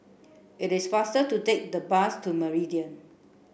it is faster to take the bus to Meridian